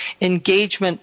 engagement